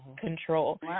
control